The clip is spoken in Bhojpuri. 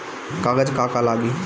कागज का का लागी?